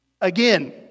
again